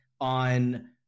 on